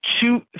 two